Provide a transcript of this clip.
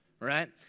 right